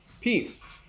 Peace